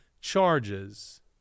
charges